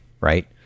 Right